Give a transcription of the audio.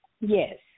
Yes